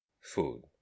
food